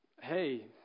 hey